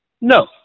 No